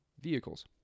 vehicles